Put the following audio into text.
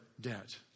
debt